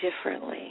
differently